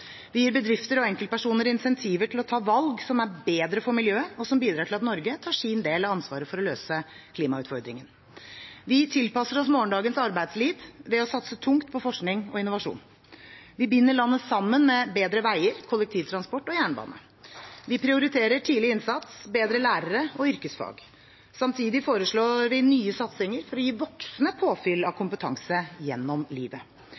Vi gir bedrifter og enkeltpersoner incentiver til å ta valg som er bedre for miljøet, og som bidrar til at Norge tar sin del av ansvaret for å løse klimautfordringen. Vi tilpasser oss morgendagens arbeidsliv ved å satse tungt på forskning og innovasjon. Vi binder landet sammen med bedre veier, kollektivtransport og jernbane. Vi prioriterer tidlig innsats, bedre lærere og yrkesfag. Samtidig foreslår vi nye satsinger for å gi voksne påfyll av kompetanse gjennom livet.